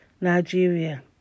Nigeria